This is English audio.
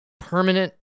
Permanent